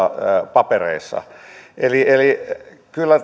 papereihin eli eli kyllä